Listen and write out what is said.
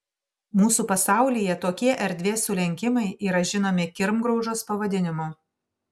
mūsų pasaulyje tokie erdvės sulenkimai yra žinomi kirmgraužos pavadinimu